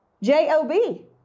J-O-B